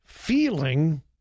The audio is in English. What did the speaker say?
Feeling